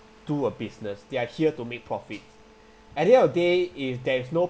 to a business they are here to make profit at the end of day if there's no